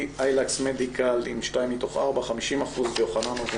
אילקס מדיקל עם שתיים מתוך ארבע, 50% יוחננוף.